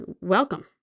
welcome